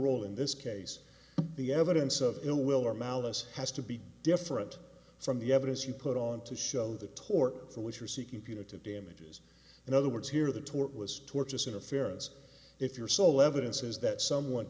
role in this case the evidence of ill will or malice has to be different from the evidence you put on to show the tort for which you're seeking punitive damages in other words here the tort was torturous interference if your sole evidence is that someone